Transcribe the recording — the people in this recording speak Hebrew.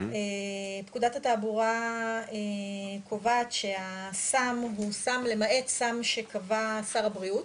פקודת התעבורה קובעת שהסם הוא סם למעט סם שקבע שר הבריאות,